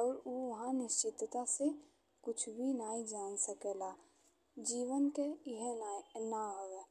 और उ ओहा निश्चितता से कुछ भी नहीं जान सकेला। जीवन के इहे नाव हवे।